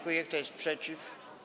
Kto jest przeciw?